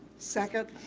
second.